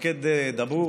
מפקד דבור.